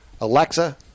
Alexa